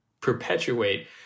perpetuate